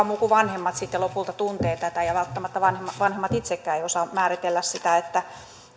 muu kuin vanhemmat sitten lopulta tuntee tätä välttämättä vanhemmat vanhemmat itsekään eivät osaa määritellä sitä